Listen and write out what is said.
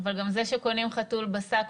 גם זה שקונים חתול בשק,